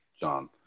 John